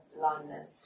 London